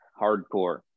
hardcore